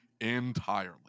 entirely